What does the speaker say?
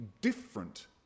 different